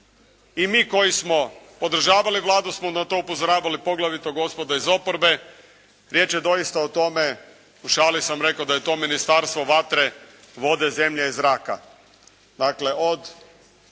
I mi koji smo podržavali Vladu smo na to upozoravali, poglavito gospode iz oporbe. Riječ je doista o tome, u šali sam rekao da je to ministarstvo vatre, vode, zemlje i zraka.